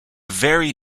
very